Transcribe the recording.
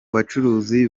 bacuruzi